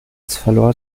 verlor